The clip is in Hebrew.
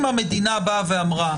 אם המדינה באה ואמרה